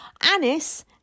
Anis